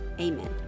Amen